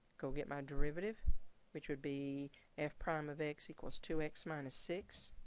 go get my derivative which would be f prime of x equals two x minus six